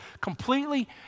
completely